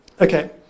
Okay